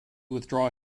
withdraw